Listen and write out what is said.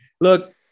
look